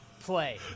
play